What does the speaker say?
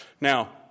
Now